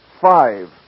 Five